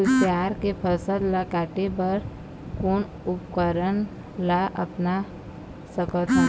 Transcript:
कुसियार के फसल ला काटे बर कोन उपकरण ला अपना सकथन?